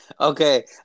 Okay